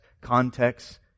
context